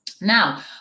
Now